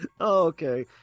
Okay